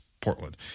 Portland